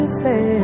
say